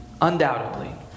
undoubtedly